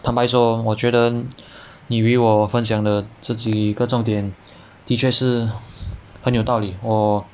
坦白说我觉得你与我分享的这几个重点的确是很有道理我